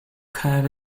curve